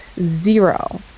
zero